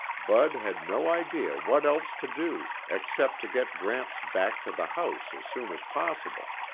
bud had no idea what else to do except to get gramps back to the house as soon as possible.